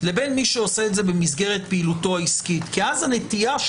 לבין מי שעושה את זה במסגרת פעילותו העסקית כי אז הנטייה...